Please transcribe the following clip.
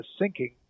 sinking